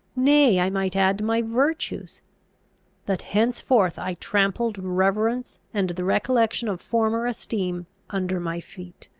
nay, i might add, my virtues that henceforth i trampled reverence and the recollection of former esteem under my feet.